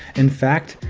in fact,